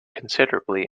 considerably